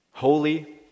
holy